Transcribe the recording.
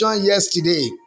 yesterday